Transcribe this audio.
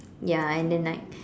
ya and than like